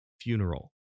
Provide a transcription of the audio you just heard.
funeral